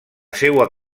seua